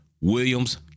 Williams